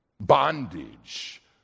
Bondage